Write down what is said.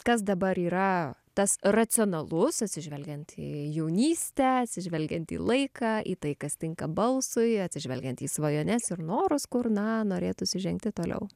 kas dabar yra tas racionalus atsižvelgiant į jaunystę atsižvelgiant į laiką į tai kas tinka balsui atsižvelgiant į svajones ir norus kur na norėtųsi žengti toliau